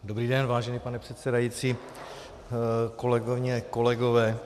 Dobrý den, vážený pane předsedající, kolegyně, kolegové.